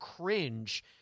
cringe